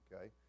Okay